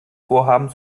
vorhaben